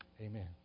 Amen